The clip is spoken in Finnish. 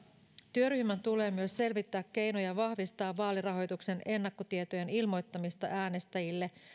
työryhmän tulee myös selvittää keinoja vahvistaa vaalirahoituksen ennakkotietojen ilmoittamista äänestäjille